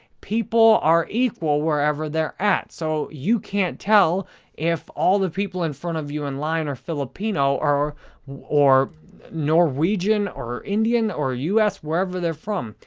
people are equal wherever they're at, so you can't tell if all the people in front of you in line are filipino or or norwegian or indian or us. wherever they're from,